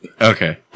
Okay